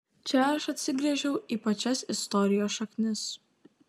čia aš atsigręžčiau į pačias istorijos šaknis